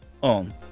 on